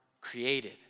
created